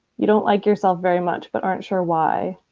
you don't like yourself very much, but aren't sure why.